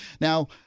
Now